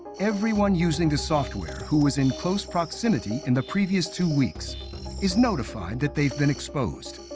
everyone using the software who was in close proximity in the previous two weeks is notified that they've been exposed.